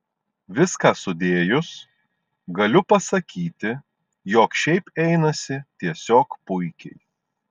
viską sudėjus galiu pasakyti jog šiaip einasi tiesiog puikiai